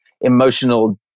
emotional